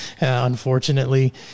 Unfortunately